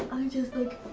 just like, uhh!